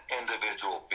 individual